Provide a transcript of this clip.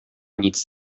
nic